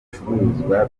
ibicuruzwa